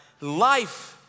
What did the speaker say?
life